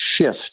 shift